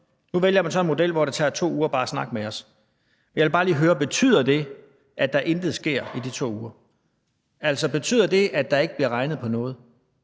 Nu vælger man så en model, hvor det tager 2 uger bare at snakke med os. Jeg vil bare lige høre: Betyder det, at der intet sker i de 2 uger? Altså, betyder det, at der ikke bliver regnet på noget?